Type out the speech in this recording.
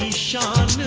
shot